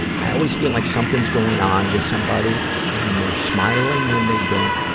i always feel like something's going on with somebody, when they're smiling when they don't,